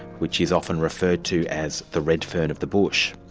which is often referred to as the redfern of the bush.